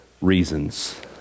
reasons